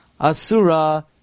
Asura